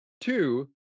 two